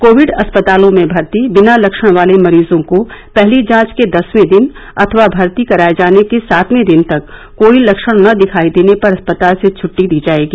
Covid अस्पतालों में भर्ती बिना लक्षण वाले मरीजों को पहली जांच के दसवें दिन अथवा भर्ती कराये जाने के सातवें दिन तक कोई लक्षण न दिखायी देने पर अस्पताल से छटटी दी जाएगी